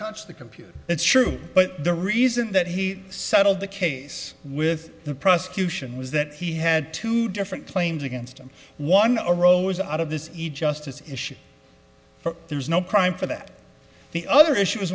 the computer that's true but the reason that he settled the case with the prosecution was that he had two different claims against him one a rose out of this each justice issue there was no crime for that the other issue